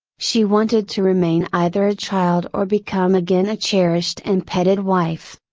she wanted to remain either a child or become again a cherished and petted wife.